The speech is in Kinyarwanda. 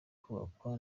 kubakwa